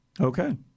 Okay